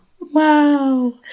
Wow